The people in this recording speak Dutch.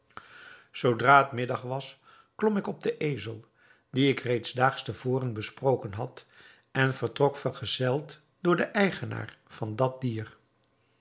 zoodra het middag was klom ik op den ezel dien ik reeds daags te voren besproken had en vertrok vergezeld door den eigenaar van dat dier